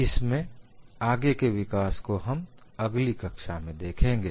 इसमें आगे के विकास को हम अगली कक्षा में देखेंगे